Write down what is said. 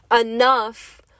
enough